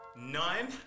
nine